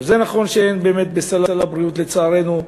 זה נכון שאין היום באמת בסל הבריאות, לצערנו,